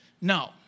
No